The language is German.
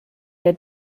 der